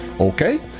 Okay